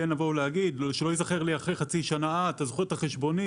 לבוא ולהגיד שלא ייזכר לי אחרי חצי שנה ויגיד: אתה זוכר את החשבונית,